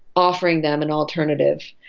offering them an alternative.